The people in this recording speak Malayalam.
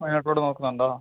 വയനാട്ടിലോട്ട് നോക്കുന്നുണ്ടോ